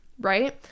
right